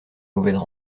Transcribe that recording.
mauvaises